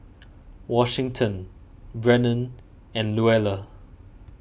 Washington Brennon and Luella